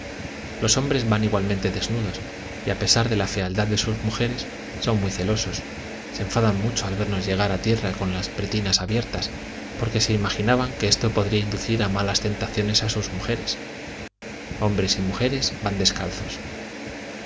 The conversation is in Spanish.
los hombres van igualmente desnudos y a pesar de la fealdad de sus mujeres son muy celosos se enfadaban mucho al vernos llegar a tierra con las pretinas abiertas porque se imaginaban que esto podría inducir a malas tentaciones a sus mujeres hombres y mujeres van descalzos